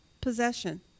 possession